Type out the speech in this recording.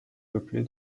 peuplé